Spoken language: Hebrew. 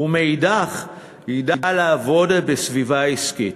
ומאידך גיסא ידע לעבוד בסביבה עסקית,